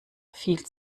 viel